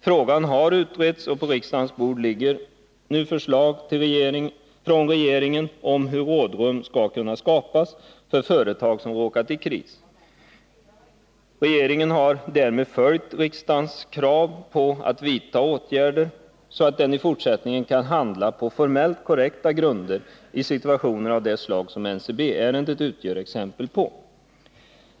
Frågan har utretts, och på riksdagens bord ligger nu förslag från regeringen om hur rådrum skall kunna skapas för företag som råkat i kris. Regeringen har därmed följt riksdagens krav på att vidta åtgärder, så att den i fortsättningen kan handla på formellt korrekta grunder i situationer av de slag som NCB-ärendet utgör exempel på.